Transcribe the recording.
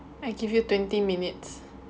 I give you twenty minutes